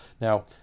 Now